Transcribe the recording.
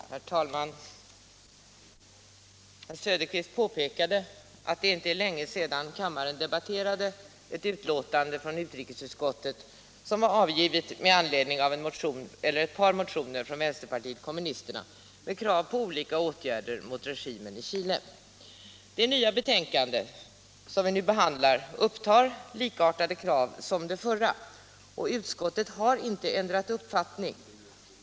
Herr talman! Herr Söderqvist påpekade att det inte är länge sedan kammaren debatterade ett betänkande från utrikesutskottet som var avgivet med anledning av ett par motioner från vänsterpartiet kommunisterna med krav på olika åtgärder mot regimen i Chile. Det betänkande som nu föreligger behandlar likartade krav som det förra betänkandet. Utskottet har inte ändrat uppfattning.